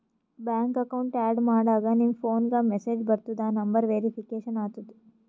bank account add ಮಾಡಾಗ್ ನಿಮ್ ಫೋನ್ಗ ಮೆಸೇಜ್ ಬರ್ತುದ್ ಆ ನಂಬರ್ ವೇರಿಫಿಕೇಷನ್ ಆತುದ್